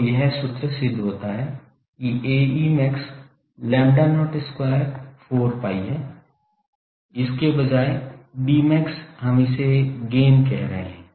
तो यह सूत्र सिद्ध होता है कि Ae max lambda naught square 4 pi है इसके बजाय Dmax हम इसे गैन कह रहे है